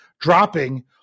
dropping